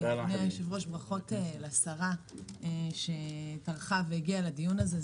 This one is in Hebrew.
ברכות לשרה שטרחה והגיעה לדיון הזה,